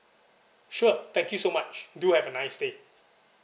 sure thank you so much do have a nice day